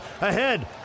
Ahead